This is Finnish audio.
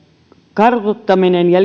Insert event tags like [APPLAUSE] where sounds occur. kartuttaminen ja [UNINTELLIGIBLE]